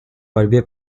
борьбе